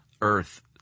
Earth